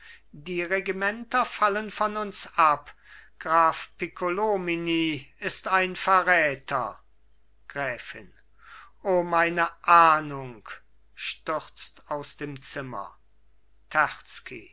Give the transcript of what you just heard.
die regimenter fallen von uns ab graf piccolomini ist ein verräter gräfin o meine ahnung stürzt aus dem zimmer